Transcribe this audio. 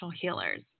healers